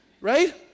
Right